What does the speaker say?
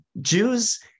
Jews